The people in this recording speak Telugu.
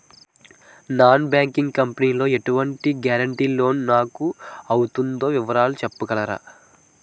నాన్ బ్యాంకింగ్ కంపెనీ లో ఎటువంటి గారంటే లోన్ నాకు అవుతుందో వివరాలు చెప్పగలరా?